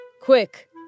Quick